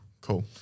Cool